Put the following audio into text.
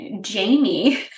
Jamie